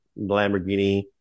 Lamborghini